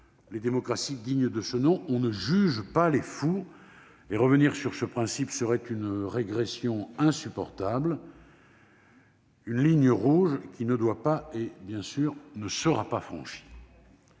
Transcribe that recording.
les démocraties dignes de ce nom, on ne juge pas les fous. Revenir sur ce principe serait une régression insupportable, une ligne rouge qui ne doit pas être franchie